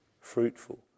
fruitful